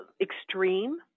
extreme